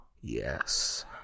Yes